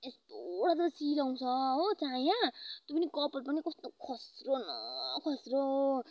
यस्तो डरलाग्दो चिलाउँछ हो चायाँ त्यो पनि कपाल पनि कस्तो खस्रो न खस्रो